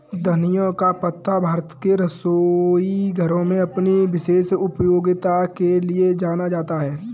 धनिया का पत्ता भारत के रसोई घरों में अपनी विशेष उपयोगिता के लिए जाना जाता है